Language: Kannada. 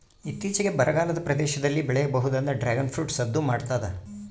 ಇತ್ತೀಚಿಗೆ ಬರಗಾಲದ ಪ್ರದೇಶದಲ್ಲಿ ಬೆಳೆಯಬಹುದಾದ ಡ್ರಾಗುನ್ ಫ್ರೂಟ್ ಸದ್ದು ಮಾಡ್ತಾದ